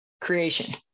creation